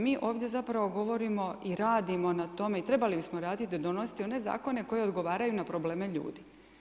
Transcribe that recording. Mi ovdje zapravo govorimo i radimo na tome, i trebali bismo raditi da donosimo one zakone koji odgovaraju na probleme ljudi.